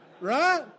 right